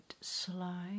slide